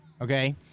Okay